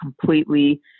completely